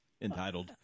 entitled